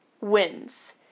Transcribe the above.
wins